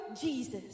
Jesus